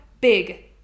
Big